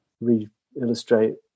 re-illustrate